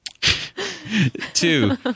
Two